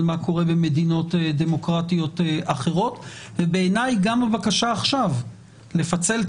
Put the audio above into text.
מה קורה במדינות דמוקרטיות אחרות ובעיני גם הבקשה עכשיו לפצל את